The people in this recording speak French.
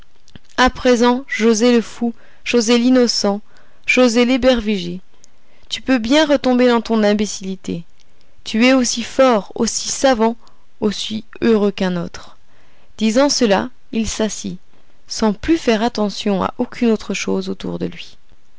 à présent joset le fou joset l'innocent joset l'ébervigé tu peux bien retomber dans ton imbécillité tu es aussi fort aussi savant aussi heureux qu'un autre disant cela il s'assit sans plus faire attention à aucune chose autour de lui